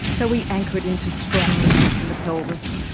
so we anchor it into strong ligaments in the pelvis,